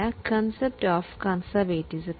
അതാണ് principle of conservatism